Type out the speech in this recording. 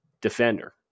defender